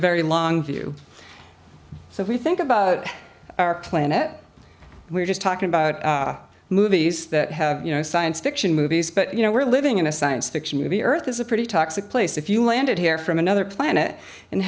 very long view so we think about our planet we're just talking about movies that have you know science fiction movies but you know we're living in a science fiction movie earth is a pretty toxic place if you landed here from another planet and